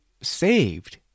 saved